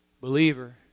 believer